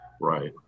Right